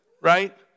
right